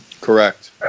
Correct